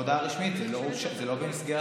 דבר שעדיין לא הצלחנו להתאושש